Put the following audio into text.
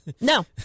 No